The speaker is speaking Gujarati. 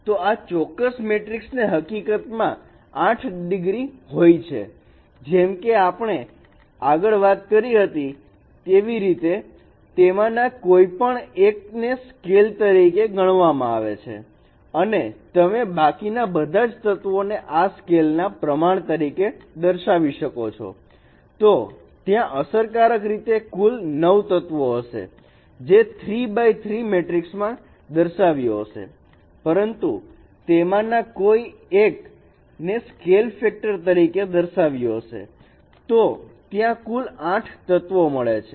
તો આ ચોક્કસ મેટ્રિક્સ ને હકીકતમાં 8 ડિગ્રી હોય જેમકે આપણે આગળ વાત કરી હતી કેવી રીતે તેમાંના કોઈપણ એક ને સ્કેલ તરીકે ગણવામાં આવે છે અને તમે બાકીના બધા જ તત્વોને આ સ્કેલ ના પ્રમાણ તરીકે દર્શાવી શકો છો તો ત્યાં અસરકારક રીતે કુલ 9 તત્વો હશે જે 3x3 મેટ્રિક્સ માં દર્શાવ્યો હશે પરંતુ તેમાંના કોઈ એકને સ્કેલ ફેક્ટર તરીકે દર્શાવ્યો હશે તો ત્યાં કુલ 8 તત્વો મળશે